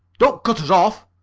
don't cut us off,